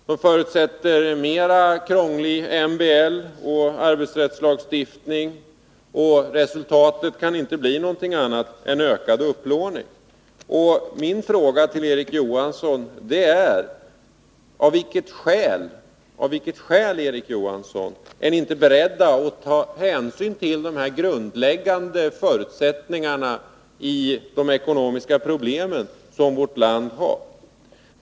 De förutsätter en krångligare MBL och arbetsrättslagstiftning. Resultatet kan inte bli något annat än ökad utlandsupplåning. Min fråga till Erik Johansson är: Av vilket skäl är ni inte beredda att ta hänsyn till de grundläggande förutsättningarna i de ekonomiska problem som vårt land har?